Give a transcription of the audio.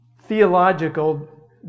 theological